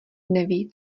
neví